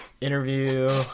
interview